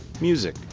music